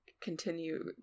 continue